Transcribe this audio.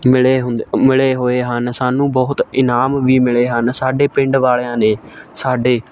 ਮਿਲੇ ਮਿਲੇ ਹੋਏ ਹਨ ਸਾਨੂੰ ਬਹੁਤ ਇਨਾਮ ਵੀ ਮਿਲੇ ਹਨ ਸਾਡੇ ਪਿੰਡ ਵਾਲ਼ਿਆਂ ਨੇ ਸਾਡੇ